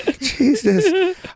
Jesus